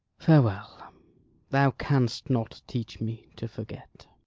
farewell thou canst not teach me to forget.